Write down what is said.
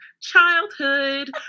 childhood